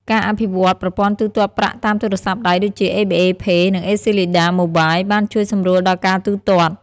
ការអភិវឌ្ឍប្រព័ន្ធទូទាត់ប្រាក់តាមទូរស័ព្ទដៃដូចជា ABA Pay និង អេស៊ីលីដា Acleda Mobile បានជួយសម្រួលដល់ការទូទាត់។